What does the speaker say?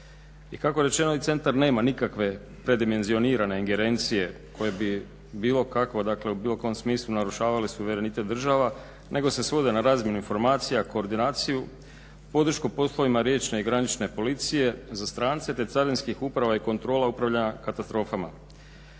I kako je rečeno novi centar nema nikakve predimenzionirane ingerencije koje bi bilo kako i u bilo kom smislu narušavale suverenitet država nego se svodi na razmjenu informacija, koordinaciju, podršku poslovima riječne i granične policije za strance te carinskih uprava i kontrola upravljanja katastrofama.